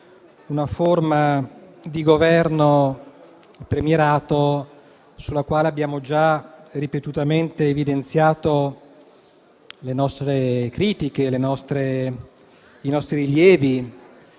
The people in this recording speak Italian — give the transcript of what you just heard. una forma di governo, il premierato, sulla quale abbiamo già ripetutamente evidenziato le nostre critiche e i nostri rilievi.